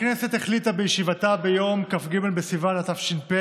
הכנסת החליטה בישיבתה ביום כ"ג בסיוון התש"ף,